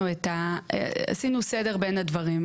בעצם עשינו סדר בין הדברים.